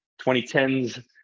2010s